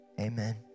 amen